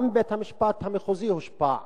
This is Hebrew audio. גם בית-המשפט המחוזי הושפע